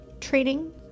training